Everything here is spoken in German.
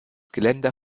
geländer